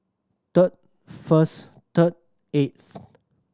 third first third eighth